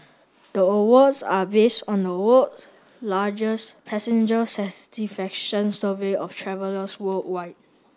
the awards are based on the world's largest passenger satisfaction survey of travellers worldwide